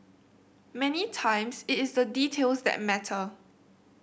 many times it is the details that matter